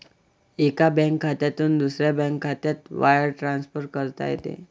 एका बँक खात्यातून दुसऱ्या बँक खात्यात वायर ट्रान्सफर करता येते